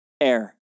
Air